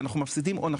כי אנחנו מפסידים הון,